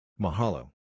Mahalo